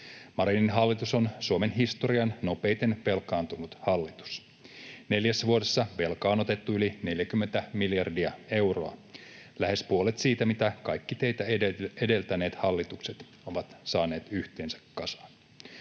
Marinin hallitus on Suomen historian nopeiten velkaantunut hallitus. Neljässä vuodessa velkaa on otettu yli 40 miljardia euroa — lähes puolet siitä, mitä kaikki teitä edeltäneet hallitukset ovat saaneet yhteensä kasaan.